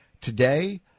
Today